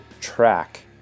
track